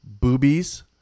Boobies